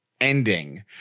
ending